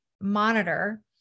monitor